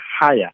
higher